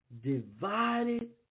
divided